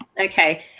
Okay